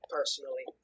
personally